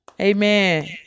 Amen